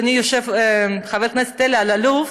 אדוני חבר הכנסת אלי אלאלוף,